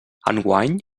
enguany